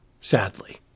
Sadly